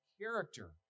character